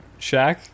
Shaq